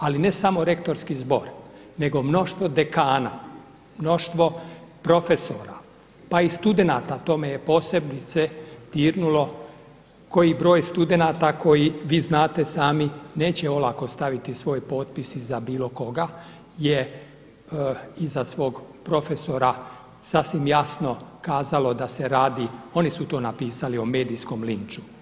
Ali ne samo Rektorskih zbor nego mnoštvo dekana, mnoštvo profesora, pa i studenata to me je posebice dirnulo koji broj studenata koji vi znate sami neće olako staviti svoj potpis iza koga je iza svog profesora sasvim jasno kazalo da se radi, oni su to napisali o medijskom linču.